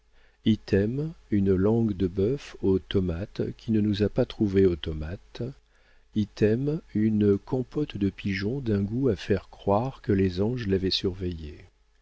item une langue de bœuf aux tomates qui ne nous a pas trouvés automates item une compote de pigeons d'un goût à faire croire que les anges l'avaient surveillée